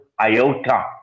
iota